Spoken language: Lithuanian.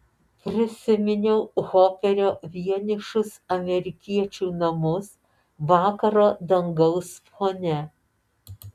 prisiminiau hoperio vienišus amerikiečių namus vakaro dangaus fone